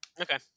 Okay